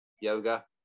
yoga